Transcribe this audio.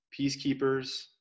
peacekeepers